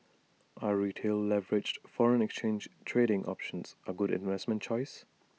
are retail leveraged foreign exchange trading options A good investment choice